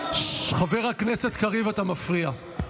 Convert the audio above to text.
חבר הכנסת קריב, אתה מפריע.